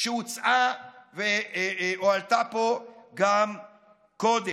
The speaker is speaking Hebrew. שהוצעה והועלתה פה קודם,